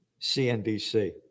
CNBC